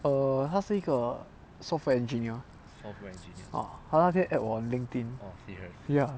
err 他是一个 software engineer ah 他今天 add 我 on LinkedIn ya